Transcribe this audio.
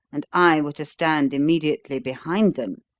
and i were to stand immediately behind them,